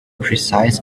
precise